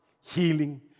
healing